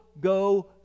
go